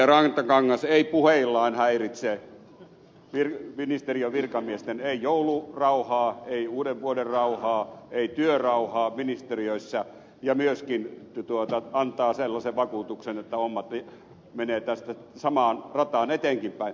rantakangas ei puheillaan häiritse ministeriön virkamiesten joulurauhaa ei uudenvuoden rauhaa ei työrauhaa ministeriöissä ja myöskin antaa sellaisen vakuutuksen että hommat menevät tätä samaa rataa eteenkinpäin